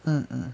mmhmm